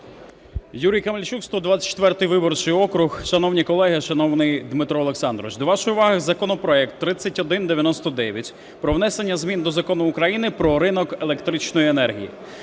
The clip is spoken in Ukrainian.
Юрій Камельчук, 124 виборчий округ. Шановні колеги, шановний Дмитро Олександрович! До вашої уваги законопроект 3199 про про внесення змін до Закону України "Про ринок електричної енергії".